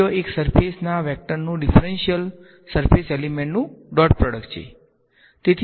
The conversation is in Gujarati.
તે ત્યાં એક સરફેસ ના વેક્ટર નુ ડીફરંશીયલ સરફેસ એલીમેંટ નુ ડોટ પ્રોડક્ટ છે